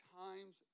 times